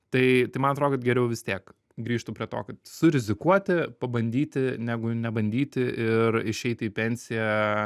tai tai man atrodo kad geriau vis tiek grįžtu prie to kad surizikuoti pabandyti negu nebandyti ir išeiti į pensiją